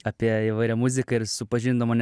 apie įvairią muziką ir supažindino mane